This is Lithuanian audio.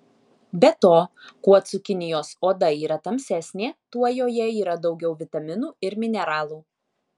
be to kuo cukinijos oda yra tamsesnė tuo joje yra daugiau vitaminų ir mineralų